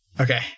okay